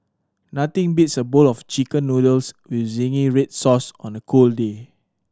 nothing beats a bowl of Chicken Noodles with zingy red sauce on a cold day